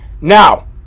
now